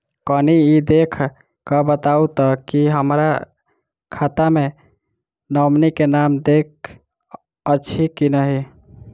कनि ई देख कऽ बताऊ तऽ की हमरा खाता मे नॉमनी केँ नाम देल अछि की नहि?